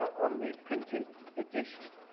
on the printed edition.